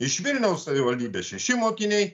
iš vilniaus savivaldybės šeši mokiniai